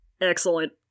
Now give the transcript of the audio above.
Excellent